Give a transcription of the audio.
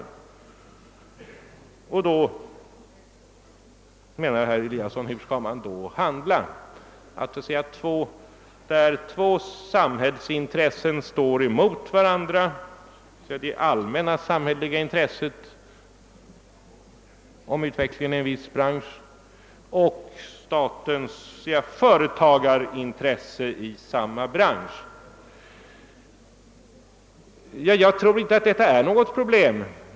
Herr Eliasson frågade, hur man skall handla om det allmänna samhällsintresset inom en viss bransch står i motsättning till statens företagarintresse i samma bransch. Jag tror inte det är något problem.